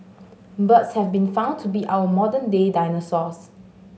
birds have been found to be our modern day dinosaurs